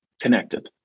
connected